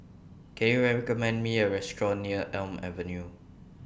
Can YOU recommend Me A Restaurant near Elm Avenue